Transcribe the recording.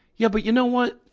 yeah but you know what?